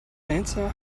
answer